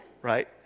right